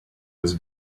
was